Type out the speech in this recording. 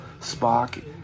Spock